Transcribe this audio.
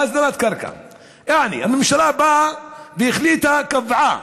יעני, הממשלה באה והחליטה, קבעה,